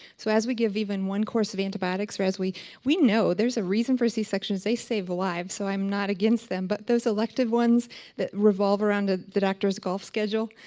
so as we give even one course of antibiotics whereas we we know there's a reason for c-section they save lives so i'm not against them, but those elective ones that revolve around ah the doctor's golf schedule,